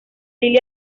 lily